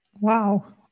Wow